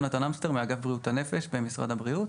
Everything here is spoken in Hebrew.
יונתן אמסטר מאגף בריאות הנפש במשרד הבריאות.